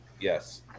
Yes